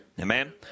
Amen